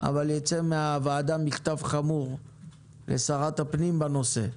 אבל יצא מהוועדה מכתב חמור לשרת הפנים בנושא.